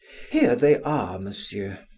here they are, monsieur.